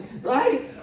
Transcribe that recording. Right